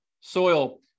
soil